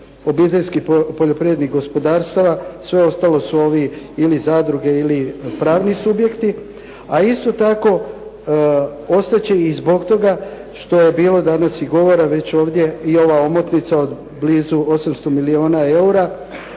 obiteljskih poljoprivrednih gospodarstava, sve ostale su ili zadruge ili pravni subjekti. A isto tako ostat će i zbog toga što je bilo danas i govora već ovdje, i ova omotnica od blizu 800 milijuna eura